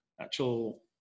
actual